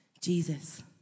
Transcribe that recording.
Jesus